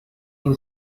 این